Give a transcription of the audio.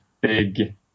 big